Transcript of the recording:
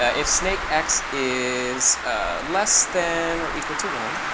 ah if snakex is less than or equal to one,